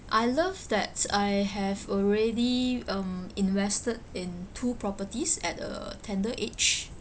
I love that I have already um invested in two properties at a tender age